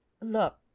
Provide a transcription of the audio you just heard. Look